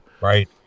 Right